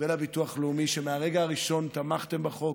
ולביטוח הלאומי, שמהרגע הראשון תמכתם בחוק,